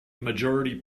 majority